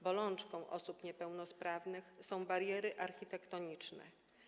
Bolączką osób niepełnosprawnych są bariery architektoniczne.